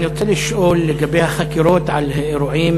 אני רוצה לשאול לגבי החקירות של אירועים